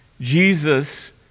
Jesus